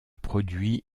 produit